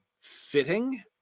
fitting